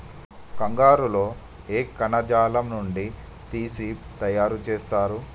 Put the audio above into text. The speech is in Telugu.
కంగారు లో ఏ కణజాలం నుండి తీసి తయారు చేస్తారు?